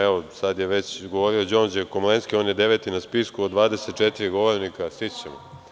Evo, sada je već govorio Đorđe Komlenski, on je deveti na spisku od 24 govornika, stići ćemo.